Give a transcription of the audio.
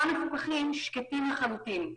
גם מפוקחים שקטים לחלוטין,